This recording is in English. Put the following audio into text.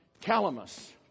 calamus